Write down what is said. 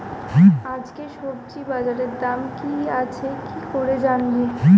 আজকে সবজি বাজারে দাম কি আছে কি করে জানবো?